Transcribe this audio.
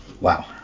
Wow